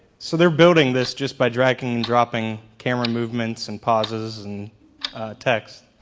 so they're building this just by dragging and dropping camera movements and pauses and text.